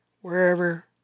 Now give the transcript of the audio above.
wherever